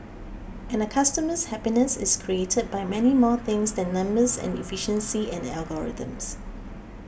and a customer's happiness is created by many more things than numbers and efficiency and algorithms